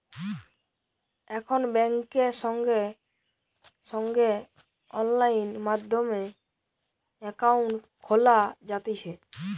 এখন বেংকে সঙ্গে সঙ্গে অনলাইন মাধ্যমে একাউন্ট খোলা যাতিছে